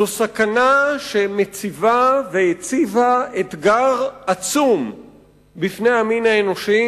זו סכנה שהציבה ומציבה אתגר עצום בפני המין האנושי,